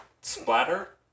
splatter